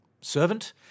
servant